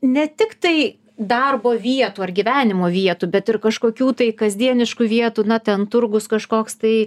ne tiktai darbo vietų ar gyvenimo vietų bet ir kažkokių tai kasdieniškų vietų na ten turgus kažkoks tai